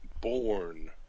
born